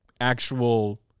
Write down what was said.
actual